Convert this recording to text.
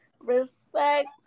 Respect